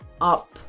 up